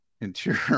interior